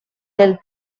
del